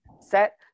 set